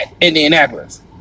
Indianapolis